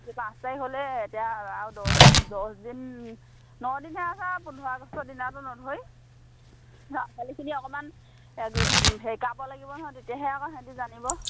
আজি পাঁচ তাৰিখ হ'লেই এতিয়া আৰু দহ দহ দিন ন দিনহে আছে আৰু পোন্ধৰ আগষ্ট দিনাটো নধৰি ল'ৰা ছোৱালীখিনি অকণমান শিকাব লাগিব নহয় তেতিয়াহে আকৌ সিহঁতি জানিব